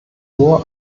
nur